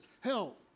help